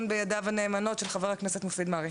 בידיו הנאמנות של חבר הכנסת מופיד מרעי.